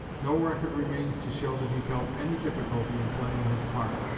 no record remains to show that he felt any difficulty in playing his part.